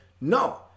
No